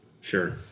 Sure